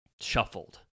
shuffled